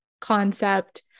concept